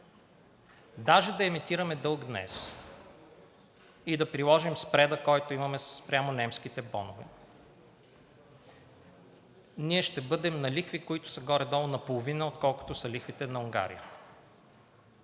Даже да емитираме дълг днес и да приложим спреда, който имаме спрямо немските бонове, ние ще бъдем на лихви, които са горе-долу наполовина, отколкото са лихвите на Унгария.